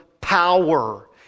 power